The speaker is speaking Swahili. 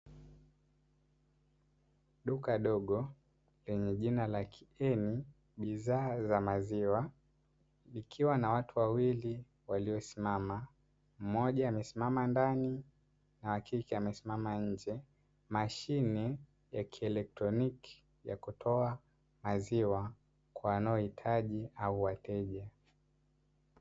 Duka dogo, lenye jina la kigeni "bidhaa za maziwa", likiwa na watu wawili waliosimama, mmoja amesimama ndani na wa pili amesimama nje. Mashine ya kielektroniki ya kutoa maziwa kwa wanaohitaji au wateja.